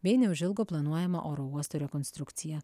bei neužilgo planuojama oro uosto rekonstrukcija